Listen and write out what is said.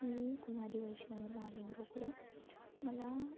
मी कुमारी वैष्णवी महालिंग रोकडे मला